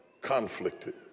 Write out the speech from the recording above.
Conflicted